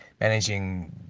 managing